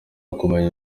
kumenya